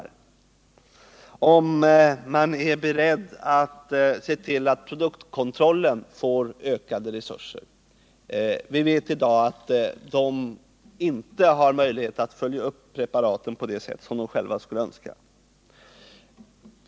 Är jordbruksministern beredd att se till att produktkontrollnämnden får ökade resurser? Vi vet att produktkontrollnämnden i dag inte har möjlighet att följa upp preparaten på det sätt som nämnden själv skulle önska.